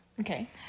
Okay